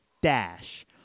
dash